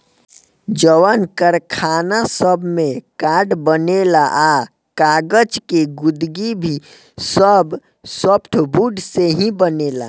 जवन कारखाना सब में कार्ड बनेला आ कागज़ के गुदगी भी सब सॉफ्टवुड से ही बनेला